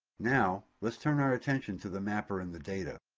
now, let's turn our attention to the mapper and the data.